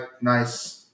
nice